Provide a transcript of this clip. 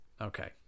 Okay